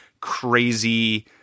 crazy